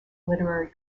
literary